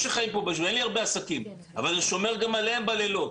אין לי הרבה עסקים, אבל אני שומר גם עליהם בלילות